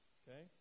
okay